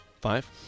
Five